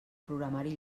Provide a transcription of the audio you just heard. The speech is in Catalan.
programari